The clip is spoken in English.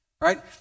Right